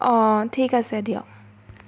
অঁ ঠিক আছে দিয়ক